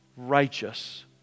righteous